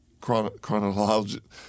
chronological